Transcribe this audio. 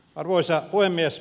arvoisa puhemies